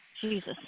Jesus